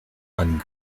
and